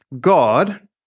God